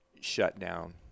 shutdown